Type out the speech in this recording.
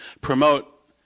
promote